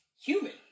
human